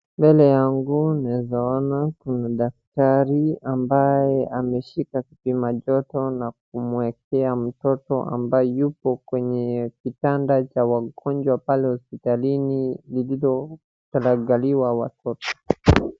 Mbele yangu naweza ona kuna daktari ambaye ameshika kipima joto na kumwekea mtoto ambaye yuko kwenye kitanda cha wagonjwa pale hospitalini lilo angaliwa watoto.